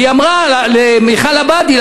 ואמרה למיכל עבאדי,